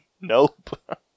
Nope